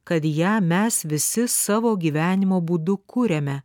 kad ją mes visi savo gyvenimo būdu kuriame